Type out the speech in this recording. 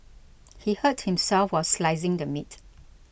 he hurt himself while slicing the meat